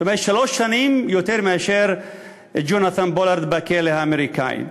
זאת אומרת שלוש שנים יותר מאשר ג'ונתן פולארד בכלא האמריקני.